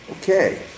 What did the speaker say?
Okay